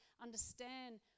understand